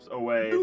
away